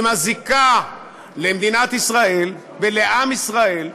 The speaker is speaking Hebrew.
עם הזיקה למדינת ישראל, ולעם ישראל,